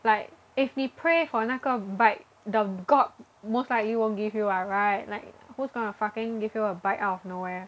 like if 你 pray for 那个 bike the god most likely won't give you [what] right like who's gonna fucking give you a bike out of nowhere